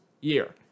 year